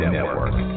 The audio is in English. Network